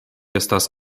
estas